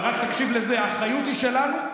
רק תקשיב לזה: האחריות היא שלנו.